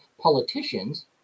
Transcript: politicians